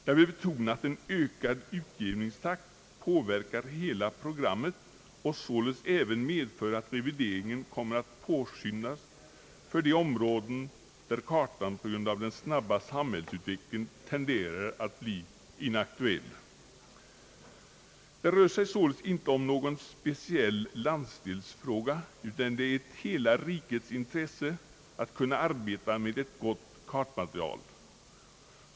Jag vill betona att en ökad utgivningstakt påverkar hela programmet och således även medför att revideringen kommer att påskyndas för de områden, där kartan på grund av den snabba utvecklingen tenderar att bli inaktuell. Det rör sig således inte om någon speciell landsdelsfråga, utan det är hela rikets intresse att kunna arbeta med ett gott kartmaterial.